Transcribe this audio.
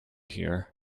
here